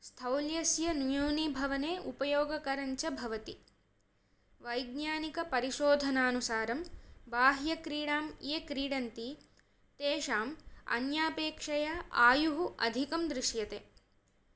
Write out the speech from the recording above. स्थौल्यस्य न्यूनीभवने उपयोगकरञ्च भवति वैज्ञानिकपरिशोधनानुसारं बाह्यक्रीडां ये क्रीडन्ति तेषाम् अन्यापेक्षया आयुः आधिकं दृश्यते